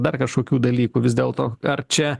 dar kažkokių dalykų vis dėl to ar čia